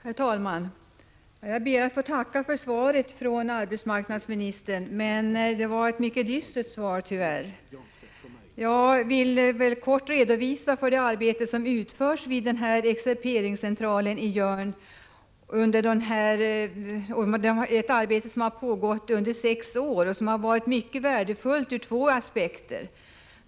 Herr talman! Jag ber att få tacka för svaret från arbetsmarknadsministern, men det var ett mycket dystert svar — tyvärr. Jag vill kort redogöra för det arbete som utförs vid excerperingscentralen i Jörn. Det är ett arbete som har pågått under sex år och som har varit mycket värdefullt ur två aspekter.